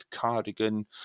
Cardigan